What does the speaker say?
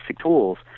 tools